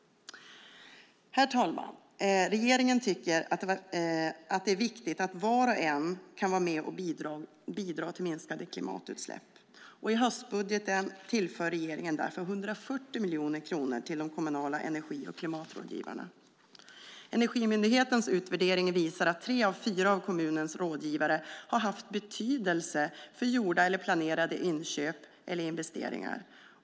Herr talman! Regeringen tycker att det är viktigt att var och en kan vara med och bidra till minskade klimatutsläpp. I höstbudgeten tillför regeringen därför 140 miljoner kronor till de kommunala energi och klimatrådgivarna. Energimyndighetens utvärdering visar att tre av fyra av kommunernas rådgivare har haft betydelse för gjorda eller planerade inköp eller investeringar.